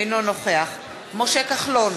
אינו נוכח משה כחלון,